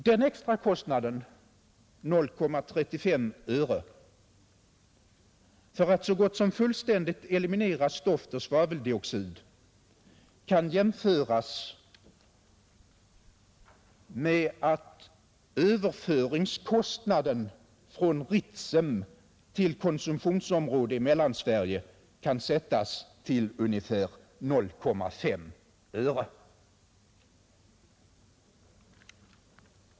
Den extra kostnaden, 0,35 öre, för att så gott som fullständigt eliminera stoft och svaveldioxid kan jämföras med att överföringskostnaden från Ritsem till konsumtionsområden i Mellansverige kan sättas till ungefär 0,5 öre.